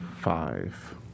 five